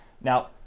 Now